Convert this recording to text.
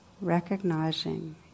Recognizing